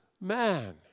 man